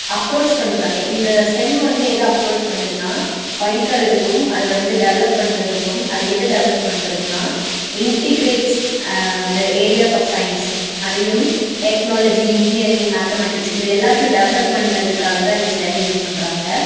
approach பண்ணுறாங்க இந்த STEM வந்து எதை அப்ரோச் பண்ணுதுன்னால் படிக்கிறதுக்கும் அதை வந்து டெவலப் பண்ணுறதுக்கும் அது எதை டெவலப் பண்றதுனால் integrates the areas of science அதையும் டெக்னாலஜி இன்ஜினியரிங் அண்டு மேத்தமெட்டிக்ஸ் இது எல்லாத்தையும் டெவலப் பண்ணுறதுக்காகதான் இந்த ஸ்டெம் யூஸ் பண்ணுறாங்க